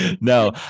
no